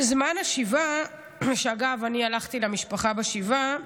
בזמן השבעה, אגב, אני הלכתי למשפחה בשבעה,